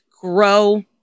grow